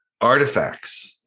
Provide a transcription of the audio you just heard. artifacts